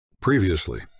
Previously